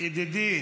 ידידי